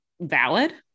valid